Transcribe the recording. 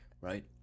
right